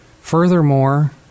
Furthermore